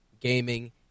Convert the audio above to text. Gaming